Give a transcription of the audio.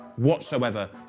whatsoever